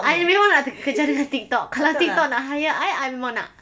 I memang nak kerja dengan TikTok kalau TikTok nak hire I I memang nak